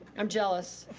i'm jealous.